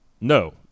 No